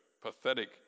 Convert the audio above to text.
pathetic